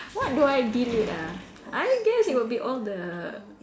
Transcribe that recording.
what do I delete ah I guess it will be all the